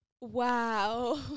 wow